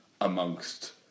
amongst